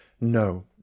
no